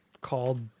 called